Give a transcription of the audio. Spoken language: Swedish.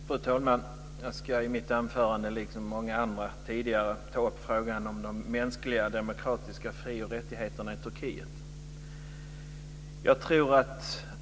Fru talman! Jag ska i mitt anförande liksom många andra tidigare ta upp frågan om de mänskliga demokratiska fri och rättigheterna i Turkiet.